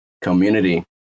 community